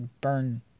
burn